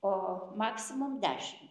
o maksimum dešim